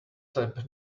step